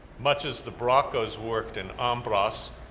much as the bracas worked in ambras,